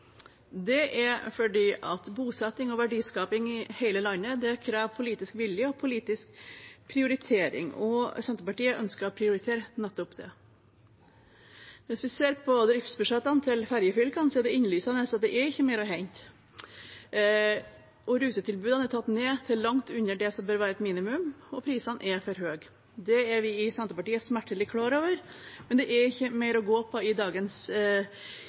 det er fordi bosetting og verdiskaping i hele landet krever politisk vilje og politisk prioritering, og Senterpartiet ønsker å prioritere nettopp det. Hvis vi ser på driftsbudsjettene til ferjefylkene, er det innlysende at det ikke er mer å hente. Rutetilbudet er tatt ned til langt under det som bør være et minimum, og prisene er for høye. Det er vi i Senterpartiet smertelig klar over, men det er ikke mer å gå på i dagens